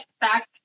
back